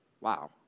Wow